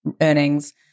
earnings